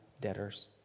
debtors